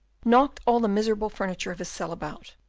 knocked all the miserable furniture of his cell about,